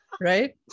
Right